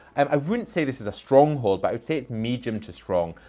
um i wouldn't say this is a strong hold, but i would say it's medium to strong.